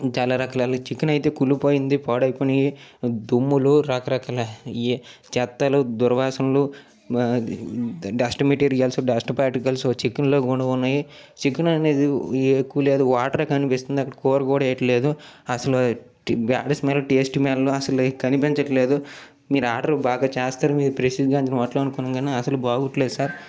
చాల రకాల చికెన్ అయితే కుళ్ళిపోయింది పాడు అయిపోయినాయి దుమ్ములు రకరకాల య చెత్తలు దుర్వాసనలు డస్ట్ మెటీరియల్స్ డస్ట్ పార్టికల్స్ చికెనులో కూడా ఉన్నాయి చికెన్ అనేది ఎక్కువ లేదు వాటర్గా కనిపిస్తుంది అక్కడ కూర కూడా ఏది లేదు అసలు బ్యాడ్ స్మెల్ టేస్ట్ స్మెల్ అసలు కనిపించట్లేదు మీరు ఆర్డర్ బాగా చేస్తారని ప్రసిద్ధి గాంచిన హోటలు అనుకున్న కానీ అసలు బాగోట్లేదు సార్